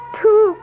two